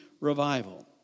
revival